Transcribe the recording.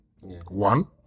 one